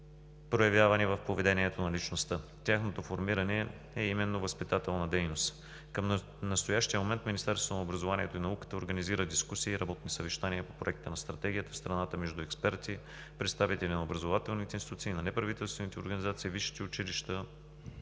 проявявани в поведението на личността. Тяхното формиране е именно възпитателна дейност. Към настоящия момент Министерството на образованието и науката организира дискусии и работни съвещания по Проекта на стратегията в страната между експерти, представители на образователните институции, неправителствените организации, висшите училища